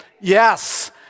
Yes